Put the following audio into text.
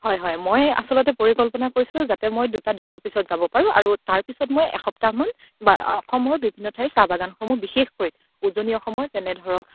হয় হয় মই আছলতে পৰিকল্পনা কৰিছিলোঁ যাতে মই দুটা দিনৰ পিছত যাব পাৰো আৰু তাৰপিছত মই এসপ্তাহমান বা অসমৰ বিভিন্ন ঠাইৰ চাহবাগনসমূহ বিশেষকৈ উজনি অসমৰ যেনে ধৰক